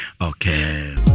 okay